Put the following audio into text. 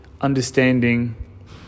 understanding